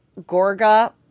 Gorga